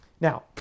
Now